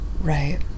right